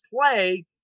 play